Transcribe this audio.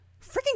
freaking